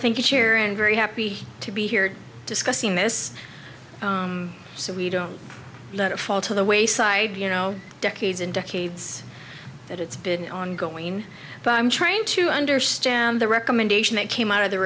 i think it's fair and very happy to be here discussing this so we don't let it fall to the wayside you know decades and decades that it's been ongoing but i'm trying to understand the recommendation that came out of the